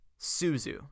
Suzu